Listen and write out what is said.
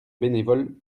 bénévoles